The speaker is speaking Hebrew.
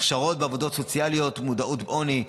הכשרות בעבודה סוציאלית מודעת-עוני,